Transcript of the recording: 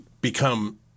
become